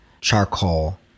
charcoal